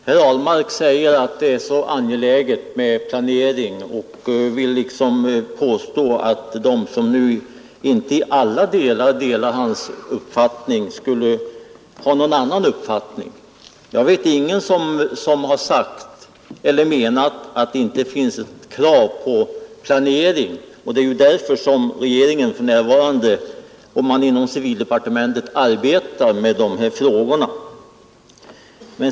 Herr talman! Herr Ahlmark säger att det är angeläget med planering och att de som inte i allt delar hans uppfattning har en annan äsikt därom. Jag vet ingen som inte anser att det krävs planering — det är ju därför som man inom civildepartementet arbetar med dessa frågor.